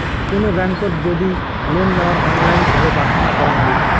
কুনো ব্যাংকোত যদি লোন নেওয়ার অনলাইন ভাবে প্রার্থনা করাঙ হই